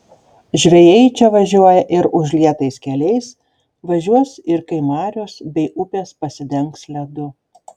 žvejai į čia važiuoja ir užlietais keliais važiuos ir kai marios bei upės pasidengs ledu